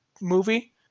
movie